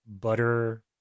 butter